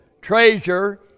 treasure